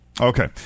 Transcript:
Okay